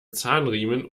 zahnriemen